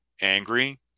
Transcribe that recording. angry